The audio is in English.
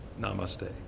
namaste